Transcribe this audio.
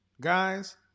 Guys